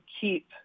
keep